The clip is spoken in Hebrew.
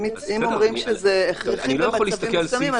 אם אומרים שזה הכרחי במצבים מסוימים,